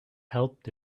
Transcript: helped